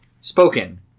Spoken